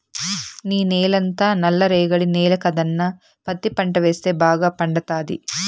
నీ నేలంతా నల్ల రేగడి నేల కదన్నా పత్తి పంట వేస్తే బాగా పండతాది